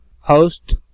host